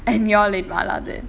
and you all ate mala then